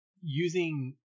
using